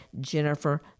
Jennifer